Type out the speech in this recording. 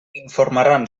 informaran